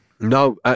No